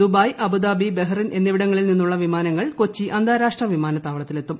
Dubai Abu Dhabi Bahrain എന്നിവിടങ്ങളിൽ നിന്നുള്ള വിമാനങ്ങൾ കൊച്ചി അന്താരാഷ്ട്ര വിമാനത്താവളത്തിൽ എത്തും